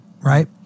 Right